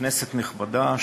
כנסת נכבדה,